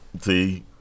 See